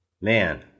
man